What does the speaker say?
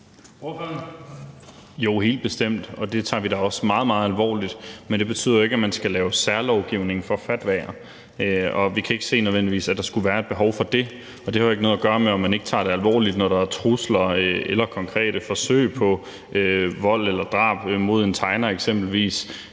Jo, helt bestemt. Og det tager vi da også meget, meget alvorligt. Men det betyder jo ikke, at man skal lave særlovgivning for fatwaer, og vi kan ikke nødvendigvis se, at der skulle være et behov for det. Det har jo ikke noget at gøre med, om man ikke tager det alvorligt, når der er trusler eller konkrete forsøg på vold eller drab mod en tegner eksempelvis,